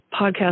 podcast